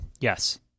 Yes